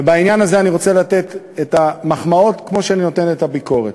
ובעניין הזה אני רוצה לתת את המחמאות כמו שאני נותן את הביקורת.